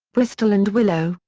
bristol and willow,